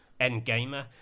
Endgamer